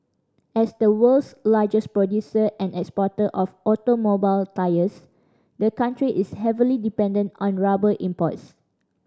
as the world's largest producer and exporter of automobile tyres the country is heavily dependent on rubber imports